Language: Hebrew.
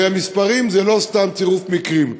הרי המספרים הם לא סתם צירוף מקרים,